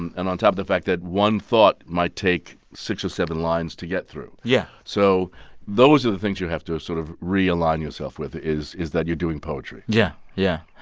and on top of the fact that one thought might take six or seven lines to get through yeah so those are the things you have to sort of realign yourself with, is is that you're doing poetry yeah. yeah.